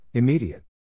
Immediate